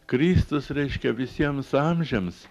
kristus reiškia visiems amžiams